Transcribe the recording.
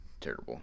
Terrible